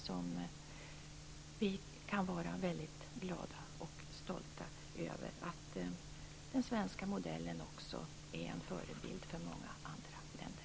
Vi kan vara mycket glada och stolta över att den svenska modellen också är en förebild för många andra länder.